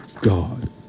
God